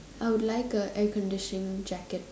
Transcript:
I would like a air conditioning jacket